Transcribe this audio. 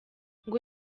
ngo